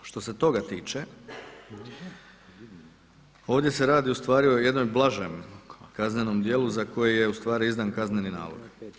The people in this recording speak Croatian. Što se toga tiče ovdje se radi o jednom blažem kaznenom djelu za koje je ustvari izdan kazneni nalog.